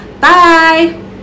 bye